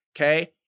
Okay